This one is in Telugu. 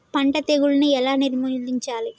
పంట తెగులుని ఎలా నిర్మూలించాలి?